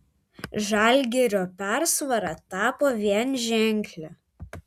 žalgirio persvara tapo vienženklė